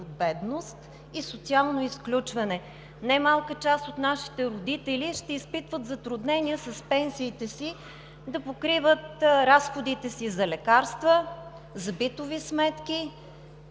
от бедност и социално изключване. Немалка част от нашите родители ще изпитват затруднения с пенсиите си да покриват разходите си за лекарства, за битови сметки